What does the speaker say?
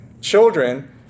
children